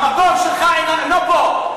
המקום שלך לא פה.